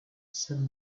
said